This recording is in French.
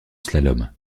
slalom